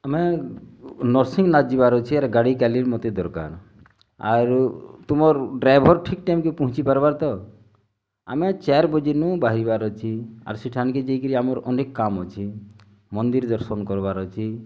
ଆମେ ନର୍ସିଂନାଥ୍ ଯିବାର୍ ଅଛି ଆର୍ ଗାଡ଼ି କାଲିର୍ ମୋତେ ଦରକାର୍ ଆରୁ ତୁମର୍ ଡ଼୍ରାଇଭର୍ ଠିକ୍ ଟାଇମ୍କେ ପହଞ୍ଚିପାର୍ବା ତ ଆମେ ଚାର୍ ବଜେନୁ ବହାରିବାର୍ ଅଛି ଆର୍ ସେଠାନ୍ କେ ଯାଇକିରି ଆମର୍ ଅନେକ୍ କାମ୍ ଅଛି ମନ୍ଦିର୍ ଦର୍ଶନ୍ କର୍ବାର୍ ଅଛି